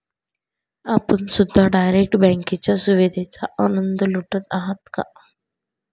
आपण सुद्धा डायरेक्ट बँकेच्या सुविधेचा आनंद लुटत आहात का?